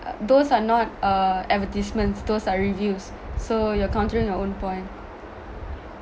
uh those are not uh advertisements those are reviews so you're countering your own point